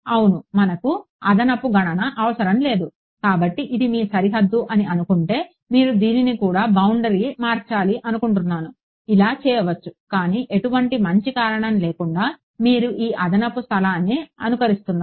అవును మనకు అదనపు గణన అవసరం లేదు కాబట్టి ఇది మీ సరిహద్దు అని అనుకుంటే నేను దీనిని కూడా బౌండరీ మార్చాలి అనుకుంటున్నాను ఇలా చేయవచ్చు కాని ఎటువంటి మంచి కారణం లేకుండా మీరు ఈ అదనపు స్థలాన్ని అనుకరిస్తున్నారు